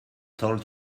told